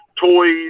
toys